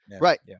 Right